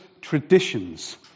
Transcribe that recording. traditions